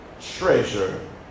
treasure